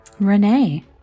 Renee